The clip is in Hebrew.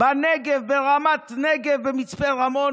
בנגב, ברמת נגב, במצפה רמון